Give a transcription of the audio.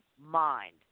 mind